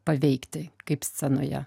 paveikti kaip scenoje